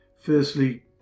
Firstly